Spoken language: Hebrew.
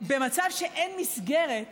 במצב שאין מסגרת